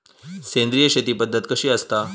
सेंद्रिय शेती पद्धत कशी असता?